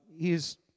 hes